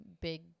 big